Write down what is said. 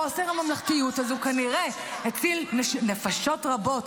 חוסר הממלכתיות הזו כנראה הציל נפשות רבות,